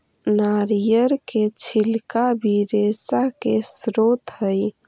नरियर के छिलका भी रेशा के स्रोत हई